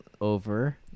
over